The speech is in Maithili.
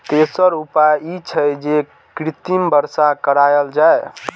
तेसर उपाय ई छै, जे कृत्रिम वर्षा कराएल जाए